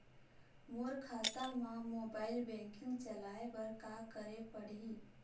मोर खाता मा mobile banking चलाए बर का करेक पड़ही?